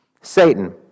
Satan